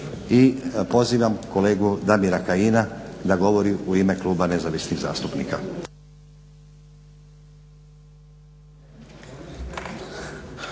i pozivam kolegu Damira Kajina da govori u ime Kluba nezavisnih zastupnika.